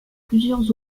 plusieurs